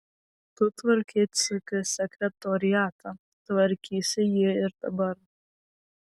tu tvarkei ck sekretoriatą tvarkysi jį ir dabar